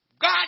God